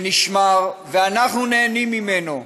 שנשמר, ואנחנו נהנים ממנו,